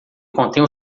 contém